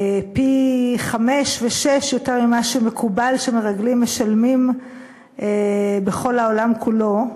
פי-חמישה ופי-שישה ממה שמקובל שמרגלים משלמים בכל העולם כולו,